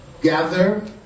gather